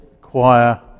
choir